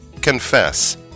Confess